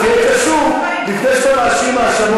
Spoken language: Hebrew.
אז תהיה קשוב לפני שאתה מאשים האשמות שווא.